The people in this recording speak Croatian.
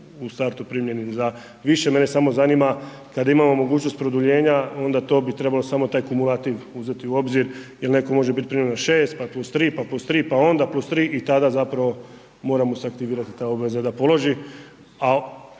u startu primljeni za više, mene samo zanima kada imamo mogućnost produljenja onda to bi trebalo samo taj kumulativu uzeti u obzir jer netko može biti primljen na 6 pa plus 3 pa plus 3 pa onda plus 3 i tada zapravo mora mu se aktivirati ta obveza da položi